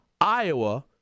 Iowa